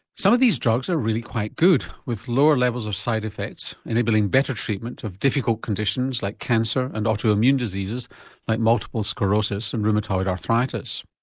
some of these drugs are really quite good with lower levels of side effects enabling better treatment of difficult conditions like cancer and auto immune diseases like multiple sclerosis and rheumatoid arthritis.